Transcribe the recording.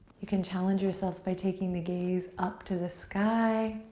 you can challenge yourself by taking the gaze up to the sky.